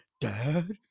dad